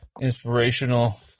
inspirational